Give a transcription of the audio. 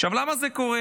עכשיו, למה זה קורה?